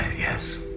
yes.